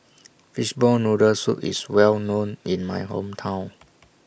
Fishball Noodle Soup IS Well known in My Hometown